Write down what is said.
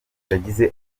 yagize